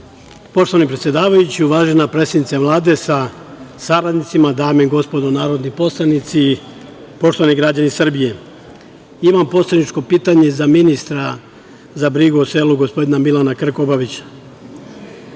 kolege. Poštovani predsedavajući, uvažena predsednice Vlade sa saradnicima, dame i gospodo narodni poslanici, poštovani građani Srbije, imam poslaničko pitanje za ministra za brigu o selu, gospodina Milana Krkobabića. Poštovani